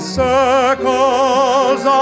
circles